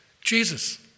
Jesus